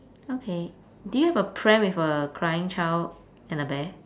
okay do you have a pram with a crying child and a bear